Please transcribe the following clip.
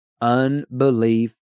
unbelief